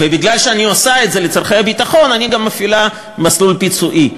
ומכיוון שאני עושה את זה לצורכי הביטחון אני גם מפעילה מסלול פיצויי.